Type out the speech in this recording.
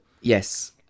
Yes